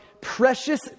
precious